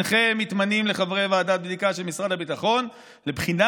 הינכם מתמנים לחברי ועדת בדיקה של משרד הביטחון לבחינת